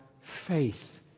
faith